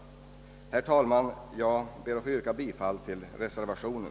Herr talman! Jag ber att få yrka bifall till reservationen.